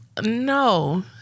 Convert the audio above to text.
No